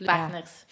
partners